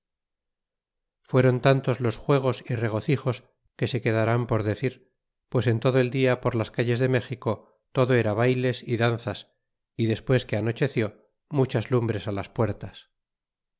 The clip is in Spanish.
fueron tantos los juegos y regocijos que se quedran por decir pues en todo el dia por las calles de méxico todo era bayles y danzas y despues que anocheció muchas lumbres las puertas